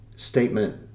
statement